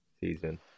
season